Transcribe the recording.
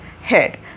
head